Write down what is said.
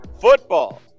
football